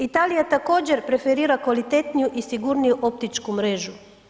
Italija također preferira kvalitetniju i sigurniju optičku mrežu.